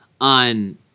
on